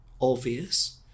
obvious